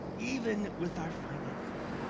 even with our finances.